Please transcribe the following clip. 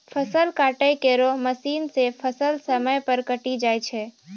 फसल काटै केरो मसीन सें फसल समय पर कटी जाय छै